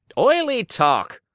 oily talk,